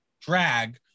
drag